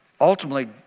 ultimately